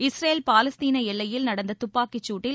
Israel பாலஸ்தீன எல்லையில் நடந்த துப்பாக்கிச் சூட்டில்